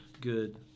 good